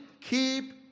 keep